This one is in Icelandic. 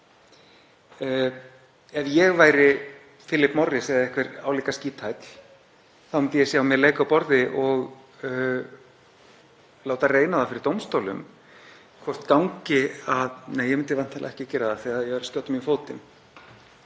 Ef ég væri Philip Morris eða einhver álíka skíthæll myndi ég sjá mér leik á borði og láta reyna á það fyrir dómstólum hvort það gangi að — nei, ég myndi væntanlega ekki gera það því að ég væri að skjóta mig í fótinn.